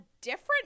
different